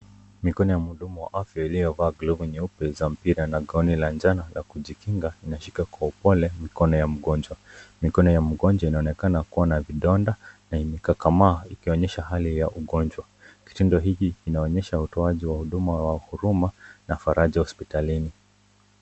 Mikono ya mhudumu wa afya iliyovaa glavu nyeupe za mpira na gauni la njano la kujikinga inashika kwa upole mikono ya mgonjwa. Mikono ya mgonjwa inaonekana kuwa na vidonda na imekakamaa ikionyesha hali ya ugonjwa. Kitendo hiki kinaonyesha utoaji wa huduma wa huruma na faraja hospitalini.